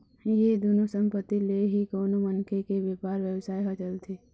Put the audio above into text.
ये दुनो संपत्ति ले ही कोनो मनखे के बेपार बेवसाय ह चलथे